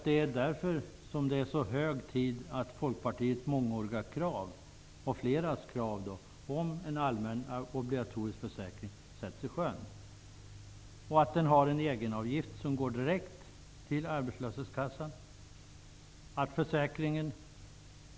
Det är därför hög tid att Folkpartiets, och flera andras, mångåriga krav om en allmän obligatorisk försäkring sätts i sjön. Det skall vara en egenavgift som går direkt till arbetslöshetskassan och en självrisk.